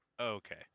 okay